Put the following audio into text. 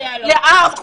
לעם,